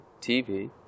TV